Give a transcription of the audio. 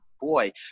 boy